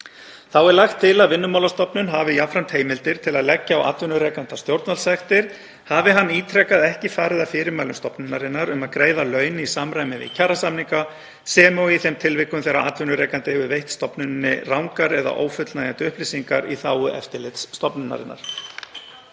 Þá er lagt til að Vinnumálastofnun hafi jafnframt heimildir til að leggja á atvinnurekanda stjórnvaldssektir hafi hann ítrekað ekki farið að fyrirmælum stofnunarinnar um að greiða laun í samræmi við kjarasamninga sem og í þeim tilvikum þegar atvinnurekandi hefur veitt stofnuninni rangar eða ófullnægjandi upplýsingar í þágu Eftirlitsstofnunarinnar.